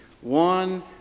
one